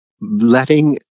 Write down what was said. letting